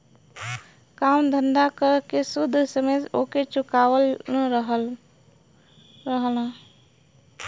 काम धंधा कर के सूद समेत ओके चुकावत रहलन